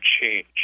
change